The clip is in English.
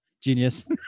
genius